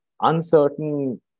uncertain